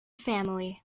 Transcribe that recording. family